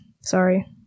sorry